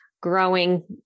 growing